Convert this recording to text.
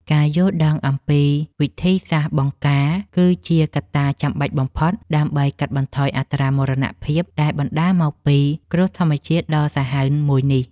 ការយល់ដឹងអំពីវិធីសាស្ត្របង្ការគឺជាកត្តាចាំបាច់បំផុត ដើម្បីកាត់បន្ថយអត្រាមរណភាពដែលបណ្តាលមកពីគ្រោះធម្មជាតិដ៏សាហាវមួយនេះ។